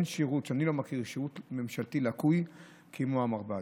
אני רוצה להגיד לכם שאני לא מכיר שירות ממשלתי לקוי כמו המרב"ד.